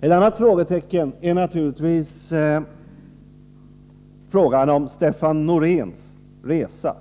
Ett annat frågetecken gäller naturligtvis Stefan Noreéns resa.